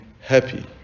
happy